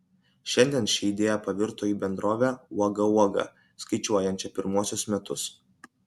šiandien ši idėja pavirto į bendrovę uoga uoga skaičiuojančią pirmuosius metus